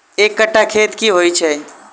एक कट्ठा खेत की होइ छै?